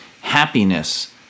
happiness